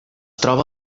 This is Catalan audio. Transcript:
troba